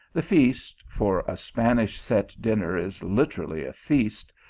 the feast, for a spanish set dinner is literally a feast,